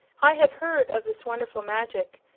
i have heard of this wonderful magic.